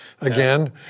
again